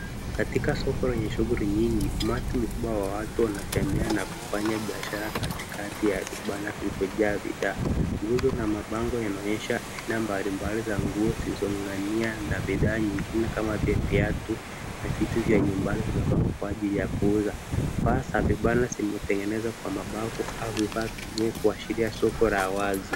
Katika soko lenye shughuli nyingi, umati mkubwa wa watu wanatembea na kufanya biashara katikati ya vibanda vilivyojaa bidhaa. Nguzo na mabango yanaonyesha bidhaa mbalimbali za nguo zilizoangiwa na bidhaa nyingine kama viatu na vitu vya nyumbani vimepangwa kwa ajili ya kuuza. Paa za vibanda zimetengenezwa kwa mafabu au vifaa vingine kuashiria soko la wazi.